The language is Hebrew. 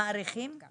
מאריכים את התקופה.